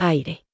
Aire